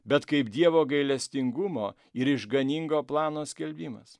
bet kaip dievo gailestingumo ir išganingo plano skelbimas